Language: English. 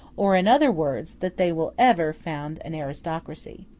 or, in other words, that they will ever found an aristocracy.